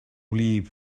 wlyb